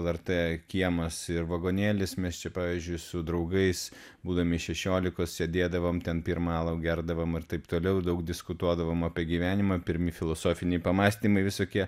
vartai kiemas ir vagonėlis mes čia pavyzdžiui su draugais būdami šešiolikos sėdėdavom ten pirmą alų gerdavom ir taip toliau daug diskutuodavom apie gyvenimą pirmi filosofiniai pamąstymai visokie